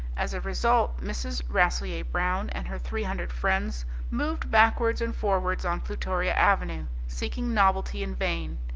as a result mrs. rasselyer-brown and her three hundred friends moved backwards and forwards on plutoria avenue, seeking novelty in vain.